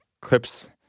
clips